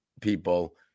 people